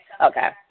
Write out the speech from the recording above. Okay